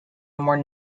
more